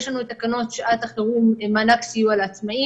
יש לנו את תקנות שעת החירום (מענק סיוע לעצמאים).